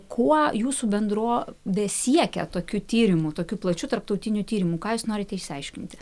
kuo jūsų bendro vė siekia tokiu tyrimu tokiu plačiu tarptautiniu tyrimu ką jūs norite išsiaiškinti